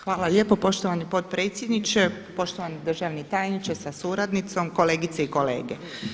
Hvala lijepo poštovani potpredsjedniče, poštovani državni tajniče sa suradnicom, kolegice i kolege.